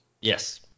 Yes